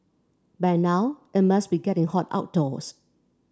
by now it must be getting hot outdoors